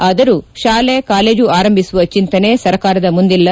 ಆದರೂ ಶಾಲೆ ಕಾಲೇಜು ಆರಂಭಿಸುವ ಚಿಂತನೆ ಸರ್ಕಾರದ ಮುಂದಿಲ್ಲ